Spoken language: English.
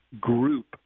group